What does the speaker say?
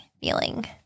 feeling